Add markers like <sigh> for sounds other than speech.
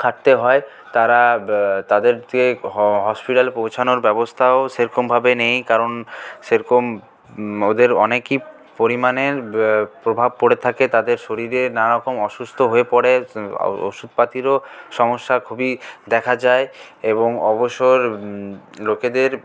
খাটতে হয় তারা <unintelligible> তাদেরকে হসপিটাল পৌঁছানোর ব্যবস্থাও সেরকমভাবে নেই কারণ সেরকম ওদের অনেকই পরিমাণের প্রভাব পড়ে থাকে তাদের শরীরে নানারকম অসুস্থ হয়ে পড়ে <unintelligible> ওষুধপাতিরও সমস্যা খুবই দেখা যায় এবং অবসর লোকেদের